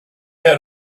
had